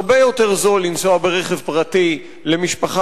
הרבה יותר זול לנסוע ברכב פרטי למשפחה,